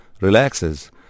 relaxes